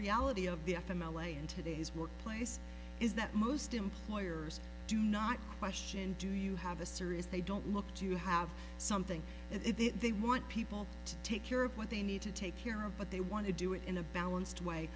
reality of the f m l a in today's workplace is that most employers do not question do you have a serious they don't look to have something it they want people to take europe what they need to take care of but they want to do it in a balanced way